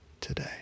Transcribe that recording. today